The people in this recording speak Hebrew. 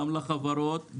גם לחברות,